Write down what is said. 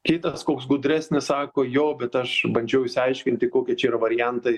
kitas koks gudresnis sako jo bet aš bandžiau išsiaiškinti kokie čia yra variantai